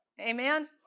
Amen